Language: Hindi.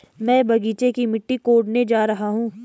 मैं बगीचे की मिट्टी कोडने जा रहा हूं